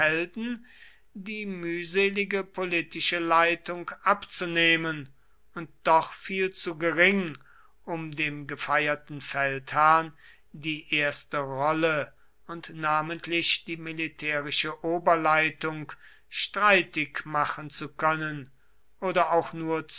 die mühselige politische leitung abzunehmen und doch viel zu gering um dem gefeierten feldherrn die erste rolle und namentlich die militärische oberleitung streitig machen zu können oder auch nur